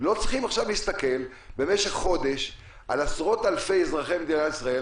לא צריכים עכשיו להסתכל במשך חודש על עשרות אלפי אזרחי מדינת ישראל,